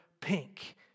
pink